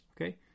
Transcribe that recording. Okay